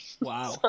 Wow